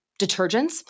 detergents